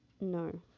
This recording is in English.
no